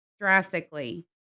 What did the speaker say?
drastically